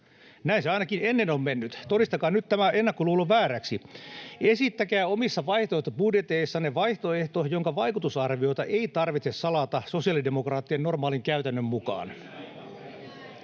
Näin se ainakin ennen on mennyt, todistakaa nyt tämä ennakkoluulo vääräksi. Esittäkää omissa vaihtoehtobudjeteissanne vaihtoehto, jonka vaikutusarvioita ei tarvitse salata sosiaalidemokraattien normaalin käytännön mukaan.